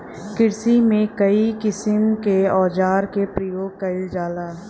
किरसी में कई किसिम क औजार क परयोग कईल जाला